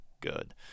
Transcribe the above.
good